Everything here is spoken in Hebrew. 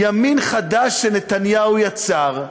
ימין חדש שנתניהו יצר,